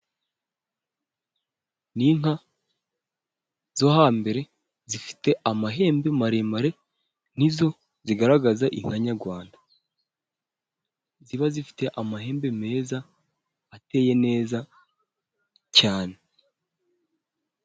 Ni inka zo hambere, zifite amahembe maremare nizo zigaragaza inka nyarwanda, ziba zifite amahembe meza ateye neza cyane.